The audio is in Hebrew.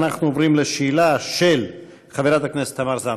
אנחנו עוברים לשאלה של חברת הכנסת תמר זנדברג.